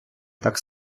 так